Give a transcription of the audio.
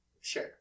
Sure